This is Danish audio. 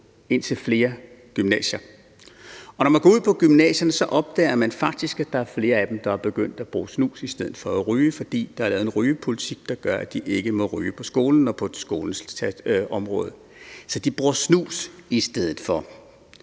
indtil flere gymnasier, og når man går ud på gymnasierne, opdager man faktisk, at der er flere af eleverne, der er begyndt at bruge snus i stedet for at ryge, fordi der er lavet en rygepolitik, der gør, at de ikke må ryge på skolen og på skolens område. Så de bruger snus i stedet for,